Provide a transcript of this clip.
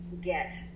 get